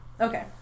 Okay